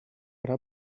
hora